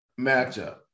matchup